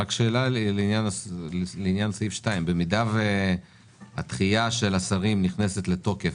יש לי שאלה על פסקה (2): במידה והדחייה של השרים נכנסת לתוקף,